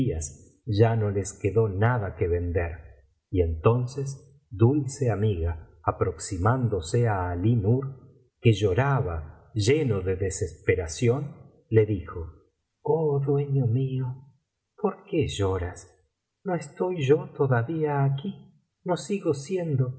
ya no les quedó nada que vender y entonces dulce amiga aproximándose á alí nur que lloraba lleno de desesperación le dijo oh dueño mío por qué lloras no estoy yo todavía aquí no sigo siendo